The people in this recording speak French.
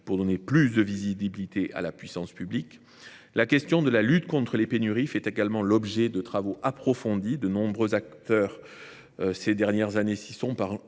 à donner plus de visibilité à la puissance publique. La question de la lutte contre les pénuries fait également l’objet de travaux approfondis. Ces dernières années, de nombreux